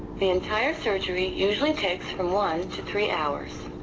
the entire surgery usually takes from one to three hours.